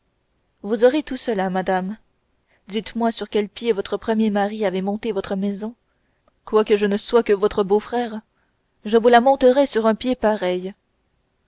vous aurez tout cela madame dites-moi sur quel pied votre premier mari avait monté votre maison quoique je ne sois que votre beau-frère je vous la monterai sur un pied pareil